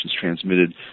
transmitted